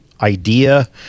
idea